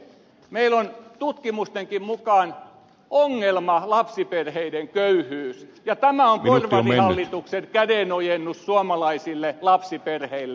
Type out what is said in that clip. meillä on tutkimustenkin mukaan ongelmana lapsiperheiden köyhyys ja tämä on porvarihallituksen kädenojennus suomalaisille lapsiperheille